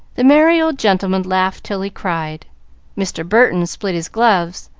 the merry old gentleman laughed till he cried mr. burton split his gloves,